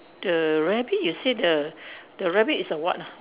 the rabbit you say the the rabbit is a what ah